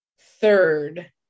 third